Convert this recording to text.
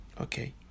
Okay